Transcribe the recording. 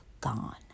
gone